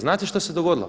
Znate što se dogodilo?